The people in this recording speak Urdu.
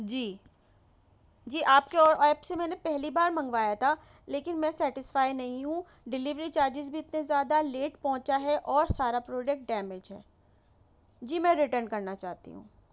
جی جی آپ کے او ایپ سے میں نے پہلی بار منگوایا تھا لیکن میں سیٹسفائی نہیں ہوں ڈلیوری چارجز بھی اتنے زیادہ لیٹ پہونچا ہے اور سارا پروڈکٹ ڈیمیج ہے جی میں ریٹرن کرنا چاہتی ہوں